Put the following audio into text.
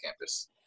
campus